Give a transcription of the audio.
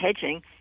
hedging